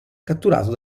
catturato